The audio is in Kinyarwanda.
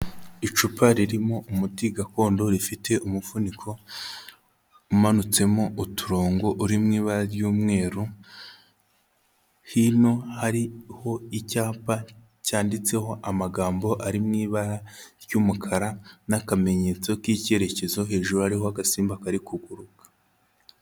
Icupa ririmo umuti gakondo rifite umufuniko umanutsemo uturongo uri mu ibara ry'umweru, hino hariho icyapa cyanditseho amagambo ari mu ibara ry'umukara n'akamenyetso k'icyerekezo, hejuru hariho agasimba kari kuguruka.